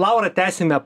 laura tęsime